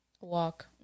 Walk